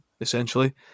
essentially